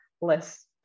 less